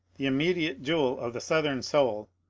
the immediate jewel of the southern soul,